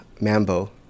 Mambo